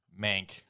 Mank